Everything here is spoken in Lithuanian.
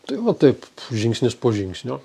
tai va taip žingsnis po žingsnio